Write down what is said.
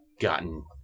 gotten